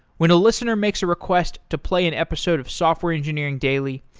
when a listener makes a request to play an episode of software engineering daily,